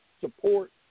support